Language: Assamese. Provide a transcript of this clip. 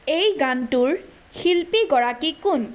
এই গানটোৰ শিল্পী গৰাকী কোন